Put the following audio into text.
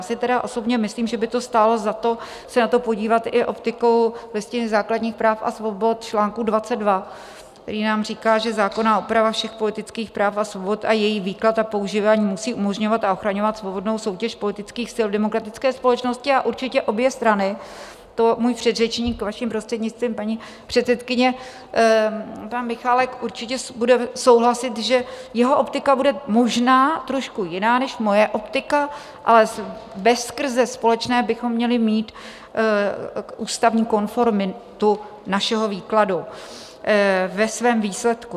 Já si tedy osobně myslím, že by to stálo za to se na to podívat i optikou Listiny základních práv svobod, čl. 22, který nám říká, že zákonná úprava všech politických práv a svobod a její výklad a používání musí umožňovat a ochraňovat svobodnou soutěž politických sil v demokratické společnosti, a určitě obě strany, to můj předřečník, vaším prostřednictvím, paní předsedkyně, pan Michálek určitě bude souhlasit, že jeho optika bude možná trošku jiná než moje optika, ale veskrze společnou bychom měli mít ústavní konformitu našeho výkladu ve svém výsledku.